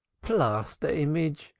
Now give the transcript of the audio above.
plaster image!